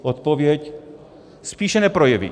Odpověď: Spíše neprojeví.